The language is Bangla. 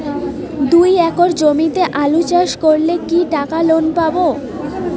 দুই একর জমিতে আলু চাষ করলে কি টাকা লোন পাবো?